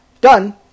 Done